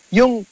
yung